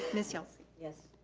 miss yelsey. yes.